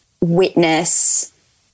witness